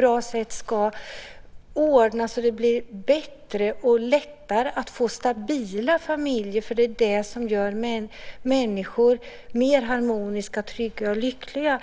göra det lättare att få stabila familjer, för det är det som gör människor mer harmoniska, trygga och lyckliga.